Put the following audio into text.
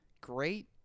Great